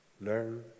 learn